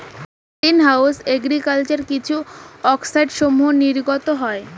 green house agriculture কিছু অক্সাইডসমূহ নির্গত হয়